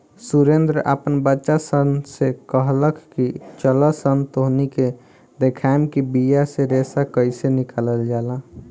सुरेंद्र आपन बच्चा सन से कहलख की चलऽसन तोहनी के देखाएम कि बिया से रेशा कइसे निकलाल जाला